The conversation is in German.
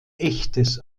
echtes